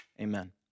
Amen